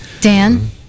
Dan